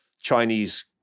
Chinese